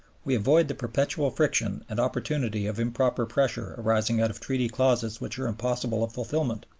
we avoid the perpetual friction and opportunity of improper pressure arising out of treaty clauses which are impossible of fulfilment,